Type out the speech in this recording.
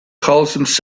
calls